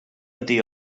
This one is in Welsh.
ydy